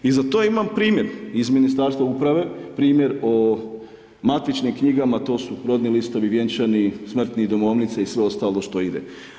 I za to imam primjer iz Ministarstva uprave, primjer o matičnim knjigama, to su rodni listovi, vjenčani, smrtni, domovnice i sve ostalo što ide.